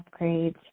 upgrades